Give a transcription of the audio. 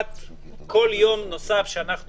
הסיבה הראשונה היא שכל יום נוסף שאנחנו